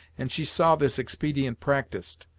and she saw this expedient practised.